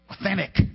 authentic